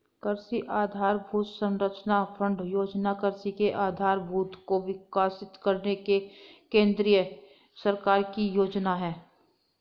कृषि आधरभूत संरचना फण्ड योजना कृषि के आधारभूत को विकसित करने की केंद्र सरकार की योजना है